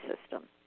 system